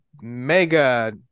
Mega